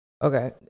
Okay